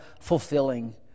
fulfilling